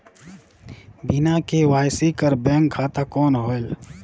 बिना के.वाई.सी कर बैंक खाता कौन होएल?